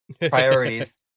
priorities